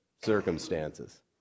circumstances